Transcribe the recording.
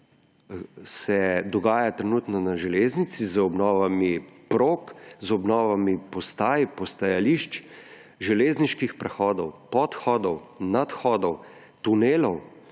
se dogaja trenutno na železnici z obnovami prog, z obnovami postaj, postajališč, železniških prehodov, podhodov, nadhodov, tunelov,